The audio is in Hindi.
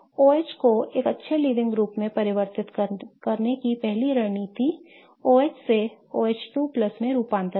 OH को एक अच्छे लीविंग ग्रुप में परिवर्तित करने की पहली रणनीति OH से OH2 में रूपांतरण है